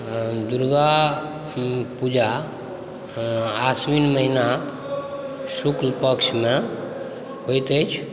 दुर्गा पूजा आश्विन महिना शुक्ल पक्षमे होइत अछि